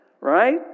Right